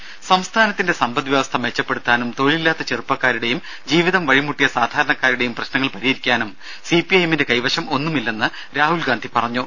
രുര സംസ്ഥാനത്തിന്റെ സമ്പദ് വ്യവസ്ഥ മെച്ചപ്പെടുത്താനും തൊഴിലില്ലാത്ത ചെറുപ്പക്കാരുടെയും ജീവിതം വഴിമുട്ടിയ സാധാരണക്കാരുടെയും പ്രശ്നങ്ങൾ പരിഹരിക്കാനും സിപിഐഎമ്മിന്റെ കൈവശം ഒന്നുമില്ലെന്ന് രാഹുൽഗാന്ധി പറഞ്ഞു